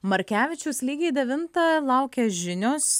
markevičius lygiai devintą laukia žinios